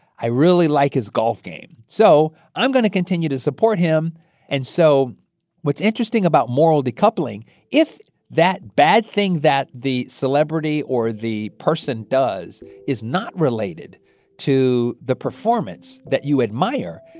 i really like his golf game, so i'm going to continue to support him and so what's interesting about moral decoupling if that bad thing that the celebrity or the person does is not related to the performance that you admire,